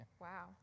Wow